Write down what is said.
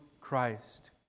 Christ